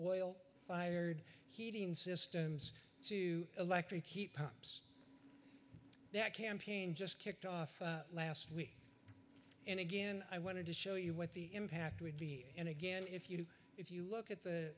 oil fired heating systems two electric heat pumps that campaign just kicked off last week and again i wanted to show you what the impact would be and again if you if you look at the